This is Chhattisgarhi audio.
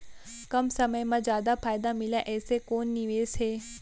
कम समय मा जादा फायदा मिलए ऐसे कोन निवेश हे?